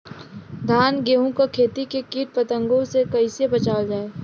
धान गेहूँक खेती के कीट पतंगों से कइसे बचावल जाए?